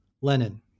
Lenin